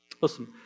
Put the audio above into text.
Listen